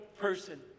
person